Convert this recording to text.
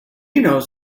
knows